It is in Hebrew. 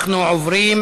אנחנו עוברים